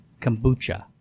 kombucha